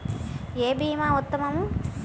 ఏ భీమా ఉత్తమము?